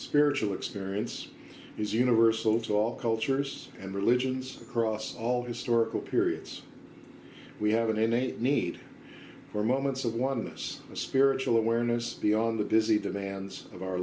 spiritual experience is universal to all cultures and religions across all historical periods we have an innate need for moments of oneness a spiritual awareness the on the busy demands of our